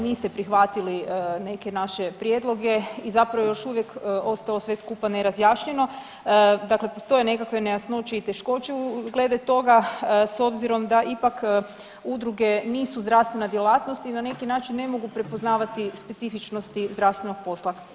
Niste prihvatili neke naše prijedloge i zapravo još uvijek je ostalo sve skupa nerazjašnjeno, dakle postoje nekakve nejasnoće i teškoće glede toga s obzirom da ipak udruge nisu zdravstvena djelatnost i na neki način ne mogu prepoznavati specifičnosti zdravstvenog posla.